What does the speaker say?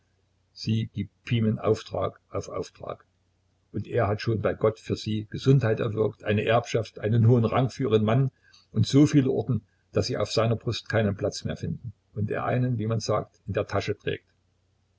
sie gibt pimen auftrag auf auftrag und er hat schon bei gott für sie gesundheit erwirkt eine erbschaft einen hohen rang für ihren mann und so viele orden daß sie auf seiner brust keinen platz mehr finden und er einen wie man sagt in der tasche trägt